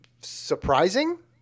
surprising